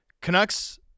Canucks